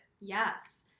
Yes